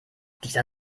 dieser